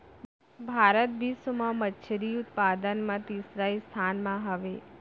भारत बिश्व मा मच्छरी उत्पादन मा तीसरा स्थान मा हवे